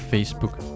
Facebook